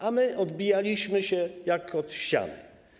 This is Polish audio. A my odbijaliśmy się jak od ściany.